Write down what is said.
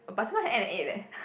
but supposed to end at eight leh